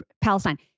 Palestine